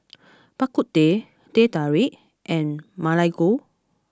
Bak Kut Teh Teh Tarik and Ma Lai Gao